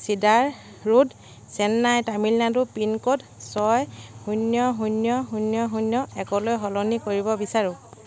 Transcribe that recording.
cedar road Chennai Tamil Nadu pincode ছয় শূন্য শূন্য শূন্য শূন্য একলৈ সলনি কৰিব বিচাৰোঁ